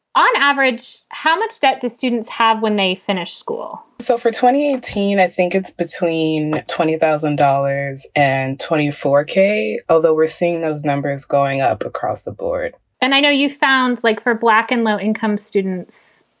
on average, how much debt did students have when they finished school? so for twenty eighteen, i think it's between twenty thousand dollars and twenty four k, although we're seeing those numbers going up across the board and i know you found like four black and low income students.